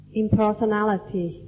impersonality